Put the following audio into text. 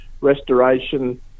restoration